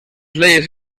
leyes